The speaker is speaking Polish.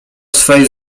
swej